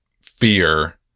fear